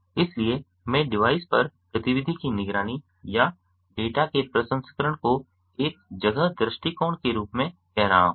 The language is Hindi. इसलिए मैं डिवाइस पर गतिविधि की निगरानी या डेटा के प्रसंस्करण को एक जगह दृष्टिकोण के रूप में कह रहा हूं